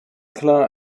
klar